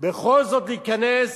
בכל זאת להיכנס